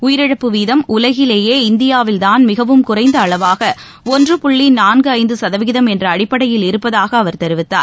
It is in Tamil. உயிரிழப்பு வீதம் உலகிலேயே இந்தியாவில்தான் மிகவும் குறைந்த அளவாக ஒன்று புள்ளி நான்கு ஐந்த சதவீதம் என்ற அடிப்படையில் இருப்பதாக அவர் கூறினார்